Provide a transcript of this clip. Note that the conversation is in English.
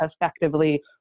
effectively